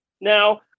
Now